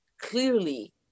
clearly